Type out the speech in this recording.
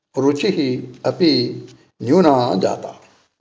रुचिः अपि न्यूना जाता